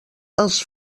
els